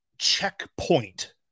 checkpoint